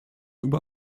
über